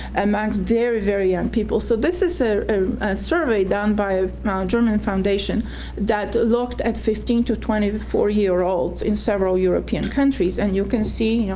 amongst very very young people so this is a survey done by a german foundation that looked at fifteen to twenty four year olds in several european countries, and you can see, you know